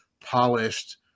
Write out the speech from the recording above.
polished